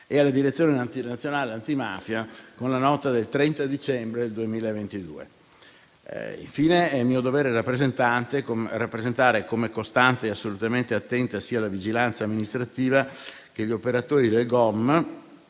e alla direzione nazionale antimafia, con la nota del 30 dicembre 2022. Infine è mio dovere rappresentare come costante e assolutamente attenta sia la vigilanza amministrativa che gli operatori del GOM,